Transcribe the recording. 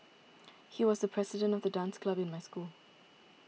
he was the president of the dance club in my school